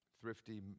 thrifty